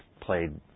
played